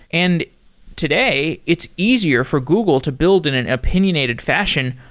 and today, it's easier for google to build in an opinionated fashion,